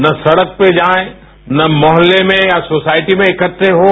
ना सड़क पे जाये ना मोहल्ले में या सोसायटी में इकट्डे हों